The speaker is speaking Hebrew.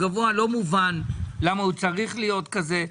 לא מובן למה צריך להיות כזה.